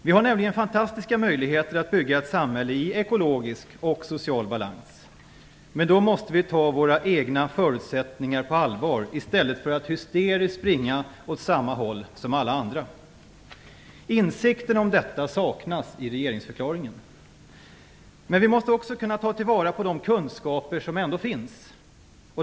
Vi har nämligen fantastiska möjligheter att bygga ett samhälle i ekologisk och social balans. Men då måste vi ta våra egna förutsättningar på allvar i stället för att hysteriskt springa åt samma håll som alla andra. Insikten om detta saknas i regeringsförklaringen. Men vi måste också kunna ta till vara de kunskaper som ändå finns.